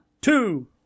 Two